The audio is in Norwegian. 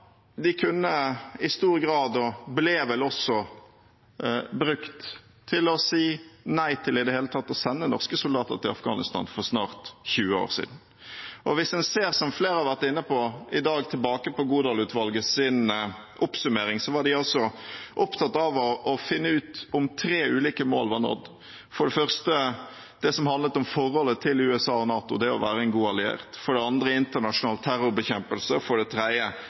de kunne i stor grad, og ble vel også, brukt til å si nei til i det hele tatt å sende norske soldater til Afghanistan for snart 20 år siden. Og hvis en i dag ser, som flere har vært inne på, tilbake på Godal-utvalgets oppsummering, var de altså opptatt av å finne ut om tre ulike mål var nådd: for det første det som handlet om forholdet til USA og NATO, det å være en god alliert, for det andre internasjonal terrorbekjempelse og for det tredje